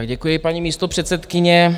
Děkuji, paní místopředsedkyně.